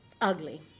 ugly